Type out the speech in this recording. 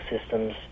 systems